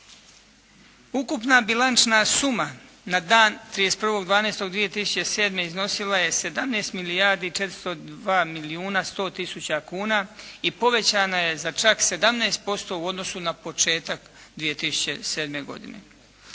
Ukupna bilančna suma na dan 31.12.2007. iznosila je 17 milijardi 402 milijuna 100 tisuća kuna i povećana je za čak 17% u odnosu na početak 2007. godine.